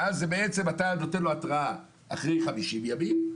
ואז בעצם אתה נותן לו התראה אחרי 50 ימים,